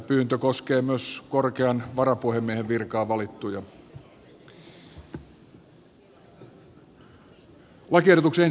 pyyntö koskee myös korkeaan varapuhemiehen virkaan valittuja